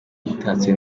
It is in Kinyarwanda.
itatse